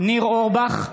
ניר אורבך,